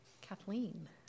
Kathleen